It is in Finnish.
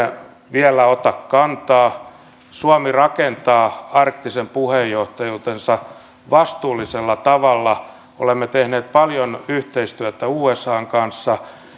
vielä ota kantaa suomi rakentaa arktisen puheenjohtajuutensa vastuullisella tavalla olemme tehneet paljon yhteistyötä usan kanssa